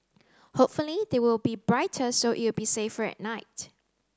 hopefully they will be brighter so it'll be safer at night